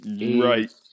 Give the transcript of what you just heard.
right